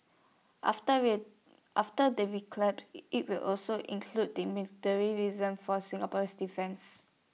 after wear after the IT will also include the military reason for Singapore's defence